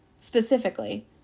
specifically